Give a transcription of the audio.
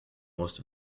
most